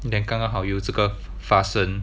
then 刚刚好有这个发生